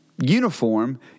uniform